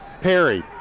Perry